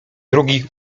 drugi